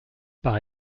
par